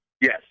Yes